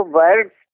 words